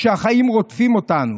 כשהחיים רודפים אותנו,